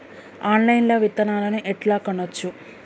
Online లా విత్తనాలను ఎట్లా కొనచ్చు?